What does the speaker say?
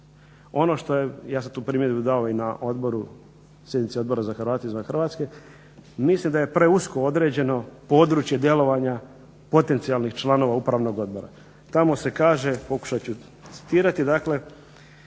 Ono što je, ja sam tu primjedbu dao i na odboru, sjednici Odbora za Hrvate izvan Hrvatske. Mislim da je preusko određeno područje djelovanja potencijalnih članova upravnog odbora. Tamo se kaže, pokušat ću citirati dakle: